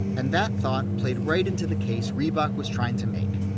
and that thought played right into the case reebok was trying to make,